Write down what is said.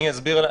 אני אסביר את